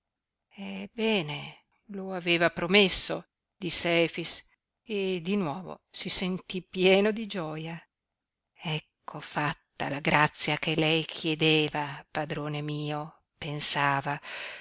bene lo aveva promesso disse efix e di nuovo si sentí pieno di gioia ecco fatta la grazia che lei chiedeva padrone mio pensava